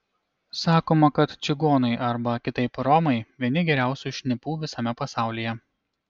sakoma kad čigonai arba kitaip romai vieni geriausių šnipų visame pasaulyje